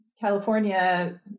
California